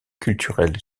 culturel